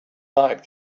night